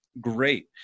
Great